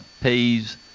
peas